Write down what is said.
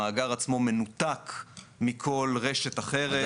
המאגר עצמו מנותק מכל רשת אחרת.